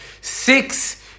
six